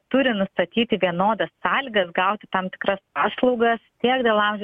turi nustatyti vienodas sąlygas gauti tam tikras paslaugas tiek dėl amžiaus